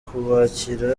kubakira